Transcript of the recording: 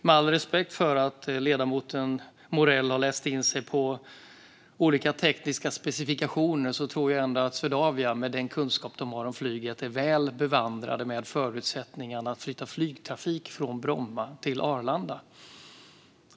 Med all respekt för att ledamoten Morell har läst in sig på olika tekniska specifikationer så tror jag ändå att Swedavia med den kunskap man har om flyget är väl bevandrat i förutsättningarna för att flytta flygtrafik från Bromma till Arlanda.